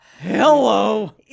Hello